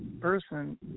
person